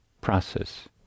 process